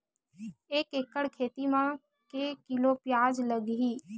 एक एकड़ खेती म के किलोग्राम प्याज लग ही?